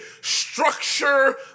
Structure